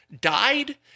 died